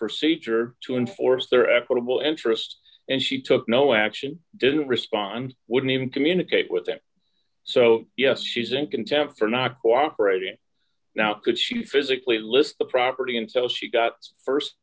procedure to enforce their equitable interest and she took no action didn't respond wouldn't even communicate with them so yes she's in contempt for not cooperating now could she physically lift the property and so she got